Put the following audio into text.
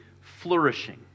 flourishing